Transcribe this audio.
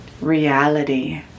reality